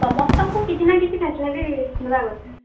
ସମସ୍ତଙ୍କୁ କିଛି ନା କିଛି ଫାସିଲିଟି ଦେବା କଥା